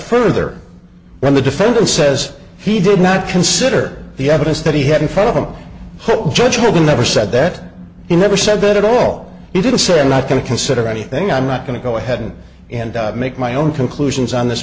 further when the defendant says he did not consider the evidence that he had in front of him judge hogan never said that he never said that at all he didn't say i'm not going to consider anything i'm not going to go ahead and make my own conclusions on this